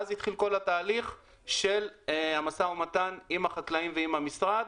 ואז התחיל כל התהליך של המשא ומתן עם החקלאים ועם המשרד,